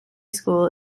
school